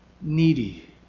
needy